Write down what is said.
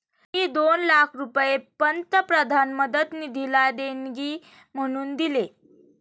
मी दोन लाख रुपये पंतप्रधान मदत निधीला देणगी म्हणून दिले